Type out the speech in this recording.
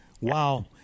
Wow